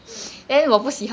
mm